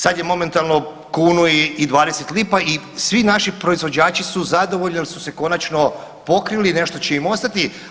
Sada je momentalno kunu i 20 lipa i svi naši proizvođači su zadovoljni jer su se konačno pokrili i nešto će im ostati.